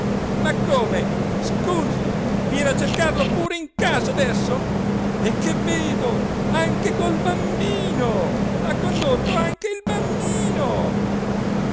ma come scusi viene a cercarlo pure in casa adesso e che vedo anche col bambino ha condotto anche il bambino